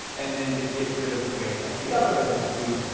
and then it gets rid of the waste out the other end of the tube.